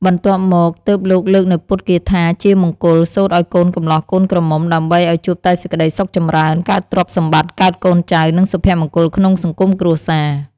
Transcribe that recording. បន្ទាប់មក ទើបលោកលើកនូវពុទ្ធគាថាជាមង្គល សូត្រឱ្យកូនកម្លោះកូនក្រមុំដើម្បីឱ្យជួបតែសេចក្តីសុខចម្រើន កើតទ្រព្យសម្បត្តិ កើតកូនចៅ និងសុភមង្គលក្នុងសង្គមគ្រួសារ។